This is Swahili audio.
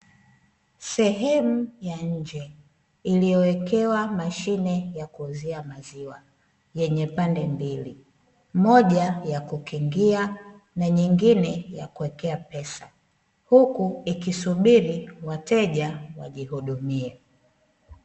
Sehemu ya nje iliyowekewa mashine ya kuuzia maziwa yenye pande mbili: moja ya kukingia na nyingine ya kuwekea pesa. Huku ikisubiri wateja wajihudumie.